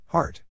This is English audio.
Heart